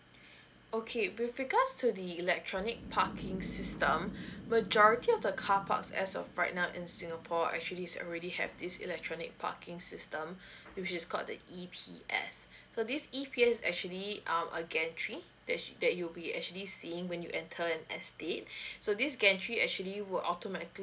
okay with regards to the electronic parking system majority of the car parks as of right now in singapore actually is already have this electronic parking system which is called the E_P_S so this E_P_S is actually um a gantry that you'll be actually seeing when you enter an estate so this gantry will actually automatically